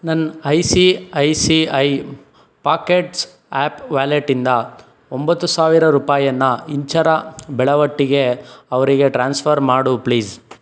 ನನ್ನ I C I C I pockets app ವ್ಯಾಲೆಟ್ಟಿಂದ ಒಂಬತ್ತು ಸಾವಿರ ರೂಪಾಯಿಯನ್ನ ಇಂಚರ ಬೆಳವಟ್ಟಿಗೆ ಅವರಿಗೆ ಟ್ರಾನ್ಸ್ಫರ್ ಮಾಡು ಪ್ಲೀಸ್